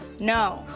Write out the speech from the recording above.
no.